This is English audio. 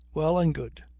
well and good.